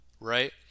right